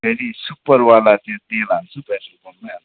फेरि सुपरवाला त्यो तेल हाल्छु पेट्रोल पम्पमै हाल्छु